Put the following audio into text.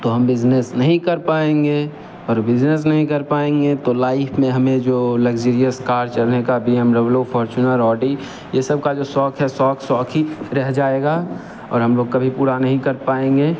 तो हम बिजनेस नहीं कर पाएँगे और बिजनेस नहीं कर पाएँगे तो लाइफ में हमें जो लग्ज़रियस कार चलने का B M W Fortuner Audi ये सबका जो शौक है शौक शौक ही रह जाएगा और हम लोग कभी पूरा नहीं कर पाएँगे